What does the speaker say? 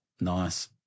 nice